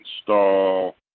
install